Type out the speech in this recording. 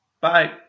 Bye